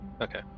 Okay